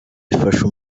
ifasha